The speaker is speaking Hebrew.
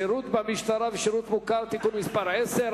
(שירות במשטרה ושירות מוכר) (תיקון מס' 10),